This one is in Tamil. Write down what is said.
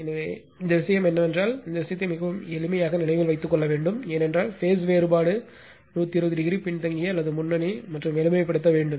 எனவே இந்த விஷயம் என்னவென்றால் இந்த விஷயத்தை மிகவும் எளிமையாக நினைவில் வைத்துக் கொள்ள வேண்டும் ஏனென்றால் பேஸ் வேறுபாடு என்றால் 120o பின்தங்கிய அல்லது முன்னணி மற்றும் எளிமைப்படுத்த வேண்டும்